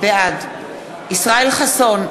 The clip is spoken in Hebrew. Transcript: בעד ישראל חסון,